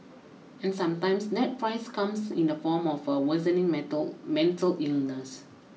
and sometimes that price comes in the form of a worsening mental mental illness